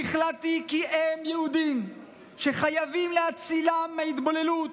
והחלטתי כי הם יהודים שחייבים להצילם מהתבוללות